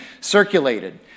circulated